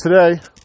today